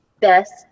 best